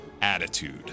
Attitude